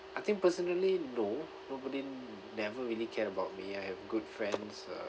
I think personally no nobody never really care about me I have good friends uh